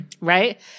right